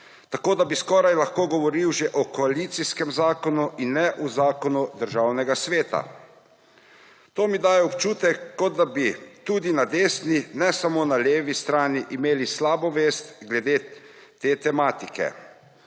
tako da bi skoraj že lahko govoril o koalicijskem zakonu in ne o zakonu Državnega sveta. To mi daje občutek, kot da bi tudi na desni, ne samo na levi strani imeli slabo vest glede te tematike.